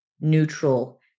neutral